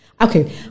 okay